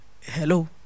Hello